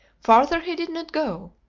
farther he did not go.